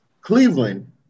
Cleveland